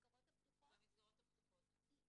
במסגרות הפתוחות?